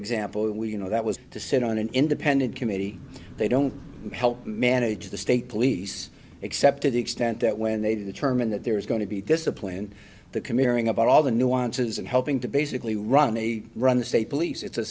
example we you know that was to sit on an independent committee they don't help manage the state police except to the extent that when they determine that there's going to be disciplined committing about all the nuances and helping to basically run a run the state police it's a